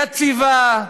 יציבה,